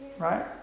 Right